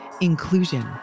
inclusion